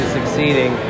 succeeding